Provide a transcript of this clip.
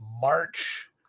March